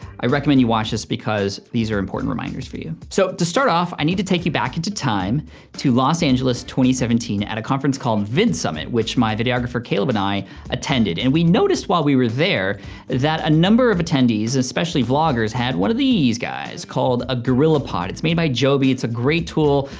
i recommend you watch this because these are important reminders for you. so to start off i need to take you back into time to los angeles two thousand at a conference called vid summit, which my videographer, caleb, and i attended. and we noticed while we were there that a number of attendees, especially vloggers, had one of these guys called a gorillapod. it's made by joby. it's a great tool.